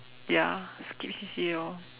ya skip C_C_A orh